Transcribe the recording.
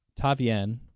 Tavian